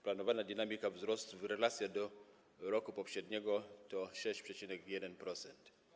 Planowana dynamika wzrostu w relacjach do roku poprzedniego to 6,1%.